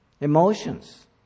Emotions